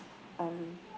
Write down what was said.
um